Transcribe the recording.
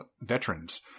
veterans